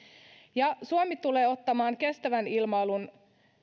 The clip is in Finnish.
ja suomi tulee ottamaan paikan kestävän ilmailun